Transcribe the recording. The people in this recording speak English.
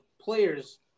players